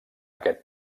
aquest